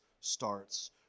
starts